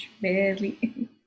barely